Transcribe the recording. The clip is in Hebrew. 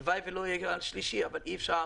הלוואי ולא יהיה גל שלישי, אבל אי אפשר